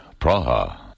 Praha